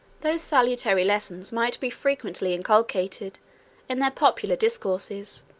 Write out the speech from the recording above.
those salutary lessons might be frequently inculcated in their popular discourses